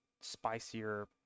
spicier